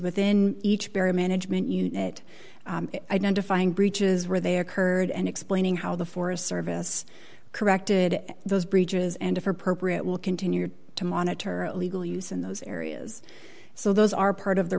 within each berry management unit identifying breaches where they occurred and explaining how the forest service corrected those bridges and if appropriate will continue to monitor legal use in those areas so those are part of the